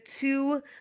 two